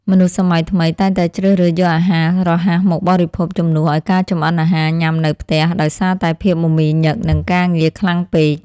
មនុស្សសម័យថ្មីតែងតែជ្រើសរើសយកអាហាររហ័សមកបរិភោគជំនួសឲ្យការចំអិនអាហារញ៉ាំនៅផ្ទះដោយសារតែភាពមមាញឹក នឹងការងារខ្លាំងពេក។